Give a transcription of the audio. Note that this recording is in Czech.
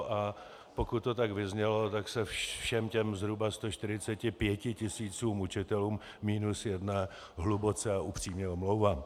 A pokud to tak vyznělo, tak se všem těm zhruba 145 tisícům učitelů minus jedné hluboce a upřímně omlouvám.